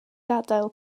gadael